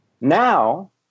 Now